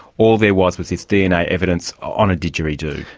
all there was was this dna evidence on a didgeridoo.